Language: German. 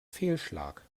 fehlschlag